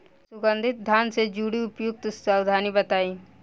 सुगंधित धान से जुड़ी उपयुक्त सावधानी बताई?